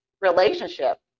relationship